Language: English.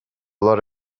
lot